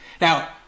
Now